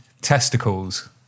testicles